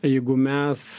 jeigu mes